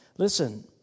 Listen